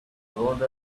rolled